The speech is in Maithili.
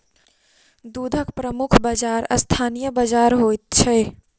दूधक प्रमुख बाजार स्थानीय बाजार होइत छै